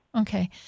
Okay